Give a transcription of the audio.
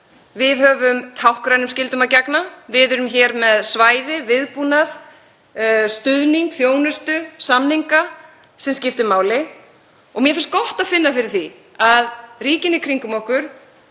við höfum táknrænum skyldum að gegna. Við erum hér með svæði, viðbúnað, stuðning, þjónustu, samninga, sem skiptir máli og mér finnst gott að finna fyrir því að ríkin í kringum okkur